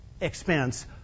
expense